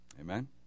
Amen